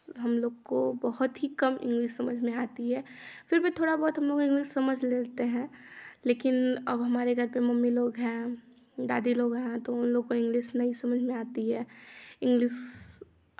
हमलोग को बहुत ही काम इंग्लिश समझ में आती है फिर भी थोड़ा बहुत हम इंग्लिश हमलोग समझ सकते हैं लेकिन अब हमारे घर पे मम्मी लोग हैं दादी लोग हैं तो उनलोग को इंग्लिश नहीं समझ में आती है इंग्लिश